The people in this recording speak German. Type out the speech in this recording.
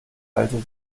altes